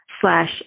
slash